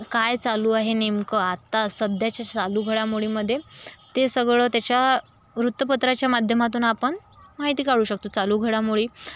काय चालू आहे नेमकं आता सध्याच्या चालू घडामोडीमध्ये ते सगळं त्याच्या वृत्तपत्राच्या माध्यमातून आपण माहिती काढू शकतो चालू घडामोडी